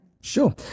Sure